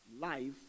life